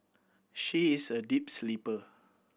she is a deep sleeper